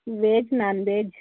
veg non veg